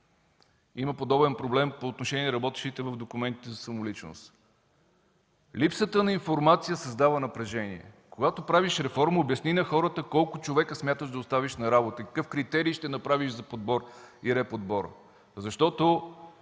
има подобен проблем и по отношение на работещите в документите за самоличност. Липсата на информация създава напрежение. Когато правиш реформа, обясни на хората колко човека смяташ да оставиш на работа и какъв критерий ще направиш за подбор и реподбор, защото